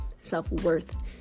self-worth